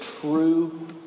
true